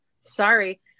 sorry